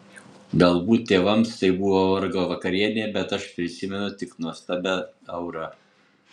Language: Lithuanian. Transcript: galbūt tėvams tai buvo vargo vakarienė bet aš prisimenu tik nuostabią aurą